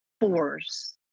force